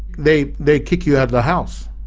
they they kick you out of the house.